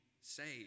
saved